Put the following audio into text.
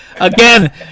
Again